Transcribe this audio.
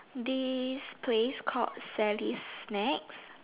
this place called Sally's snacks